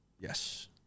Yes